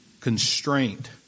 constraint